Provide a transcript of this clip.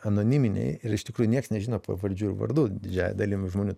anoniminiai ir iš tikrųjų nieks nežino pavardžių ir vardų didžiąja dalim žmonių